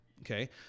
Okay